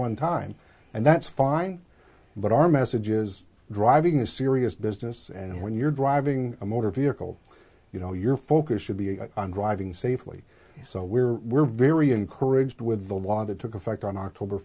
one time and that's fine but our message is driving is serious business and when you're driving a motor vehicle you know your focus should be on driving safely so we're we're very encouraged with the law that took effect on october